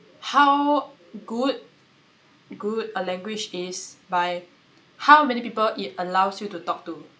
how good good a language is by how many people it allows you to talk to